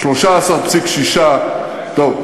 13.6%; טוב,